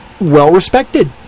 well-respected